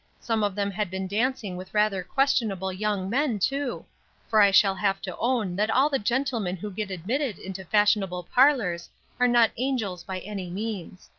some of them had been dancing with rather questionable young men, too for i shall have to own that all the gentlemen who get admitted into fashionable parlors are not angels by any means.